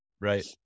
Right